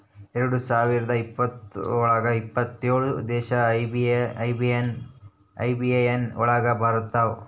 ಎರಡ್ ಸಾವಿರದ ಇಪ್ಪತ್ರೊಳಗ ಎಪ್ಪತ್ತೇಳು ದೇಶ ಐ.ಬಿ.ಎ.ಎನ್ ಒಳಗ ಬರತಾವ